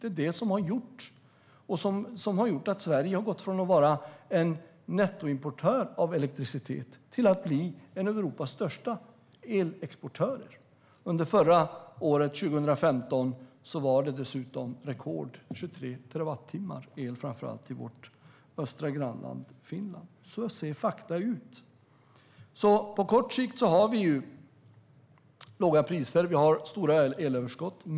Det är det som har gjort att Sverige har gått från att vara en nettoimportör av el till att bli en av Europas största elexportörer. Under förra året, 2015, var det dessutom rekord, 23 terawattimmar el, framför allt i vårt östra grannland Finland. Så ser fakta ut. På kort sikt har vi låga priser och stora elöverskott.